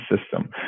system